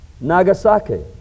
Nagasaki